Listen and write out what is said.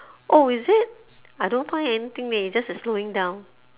oh is it I don't find anything leh is just uh slowing down